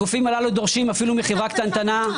הגופים הללו דורשים אפילו מחברה קטנטנה,